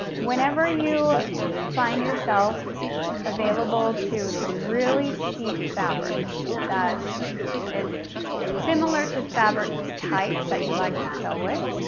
whenever you find yourself available to some really cheap fabric that is similar to fabric types that you like to sow with,